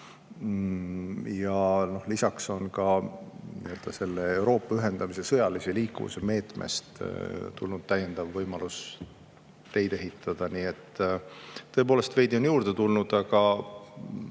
Ja lisaks on ka Euroopa ühendamise sõjalise liikuvuse meetmest tulnud täiendav võimalus teid ehitada, nii et tõepoolest, veidi on juurde tulnud. Aga